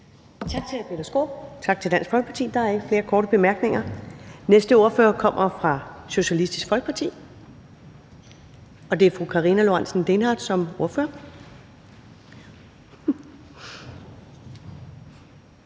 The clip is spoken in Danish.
Tak til hr. Peter Skaarup fra Dansk Folkeparti. Der er ikke flere korte bemærkninger. Næste ordfører kommer fra Socialistisk Folkeparti, og det er fru Karina Lorentzen Dehnhardt. Velkommen.